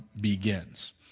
begins